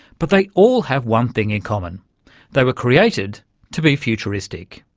but they all have one thing in common they were created to be futuristic.